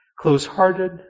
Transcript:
close-hearted